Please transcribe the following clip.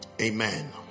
Amen